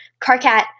Carcat